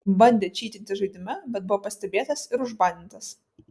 bandė čytinti žaidime bet buvo pastebėtas ir užbanintas